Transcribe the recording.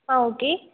ஆ okay